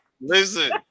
Listen